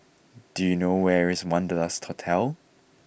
do you know where is Wanderlust Hotel